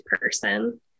person